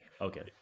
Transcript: Okay